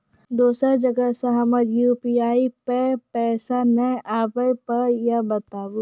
दोसर जगह से हमर यु.पी.आई पे पैसा नैय आबे या बताबू?